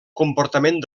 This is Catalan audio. comportament